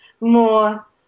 more